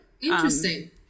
interesting